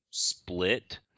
split